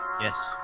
yes